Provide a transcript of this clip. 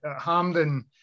Hamden